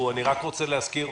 אני רק רוצה להזכיר,